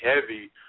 heavy